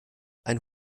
ein